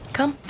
Come